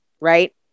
right